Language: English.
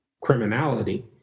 criminality